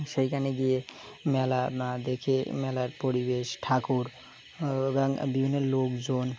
সেইখানে গিয়ে মেলা দেখে মেলার পরিবেশ ঠাকুর বিভিন্ন লোকজন